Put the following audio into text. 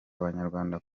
abanyarwanda